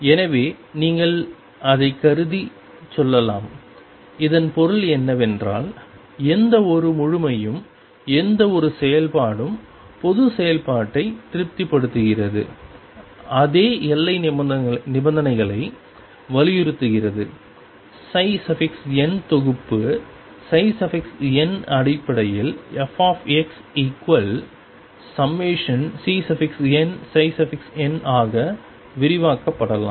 எனவே நீங்கள் அதைக் கருதிச் சொல்லலாம் இதன் பொருள் என்னவென்றால் எந்தவொரு முழுமையும் எந்தவொரு செயல்பாடும் பொதுச் செயல்பாட்டை திருப்திப்படுத்துகிறது அதே எல்லை நிபந்தனைகளை வலியுறுத்துகிறது n தொகுப்பு n இன் அடிப்படையில் fx∑Cnn ஆக விரிவாக்கப்படலாம்